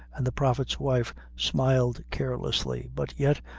and the prophet's wife smiled carelessly but yet,